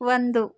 ಒಂದು